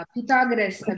Pythagoras